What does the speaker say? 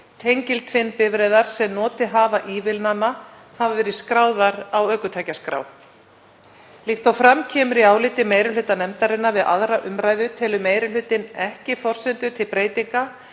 tengiltvinnbifreiðar, sem notið hafa ívilnana, hafa verið skráðar á ökutækjaskrá. Líkt og fram kemur í áliti meiri hluta nefndarinnar við 2. umr. telur meiri hlutinn ekki forsendur til breytinga